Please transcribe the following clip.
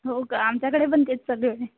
हो का आमच्याकडे पण तेच चालू आहे